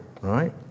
right